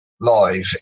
live